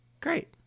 great